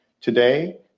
Today